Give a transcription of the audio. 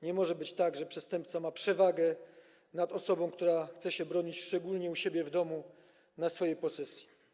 Nie może być tak, że przestępca ma przewagę nad osobą, która chce się bronić, szczególnie u siebie w domu, na swojej posesji.